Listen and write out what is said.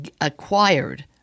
acquired